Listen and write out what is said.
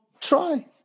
try